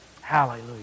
Hallelujah